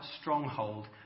stronghold